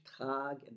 tragen